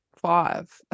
five